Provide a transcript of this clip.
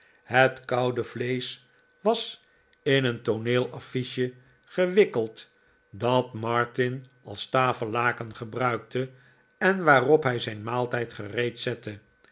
het koude vleesch was in een tooneelaffiche gewikkeld dat martin als tafellaken gebruikte en waarop hij zijn maaltijd gereed zette